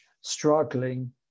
struggling